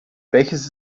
welches